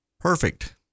perfect